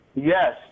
Yes